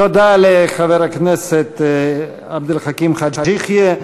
תודה לחבר הכנסת עבד אל חכים חאג' יחיא.